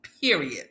period